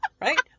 right